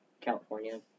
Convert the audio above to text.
California